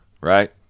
right